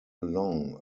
long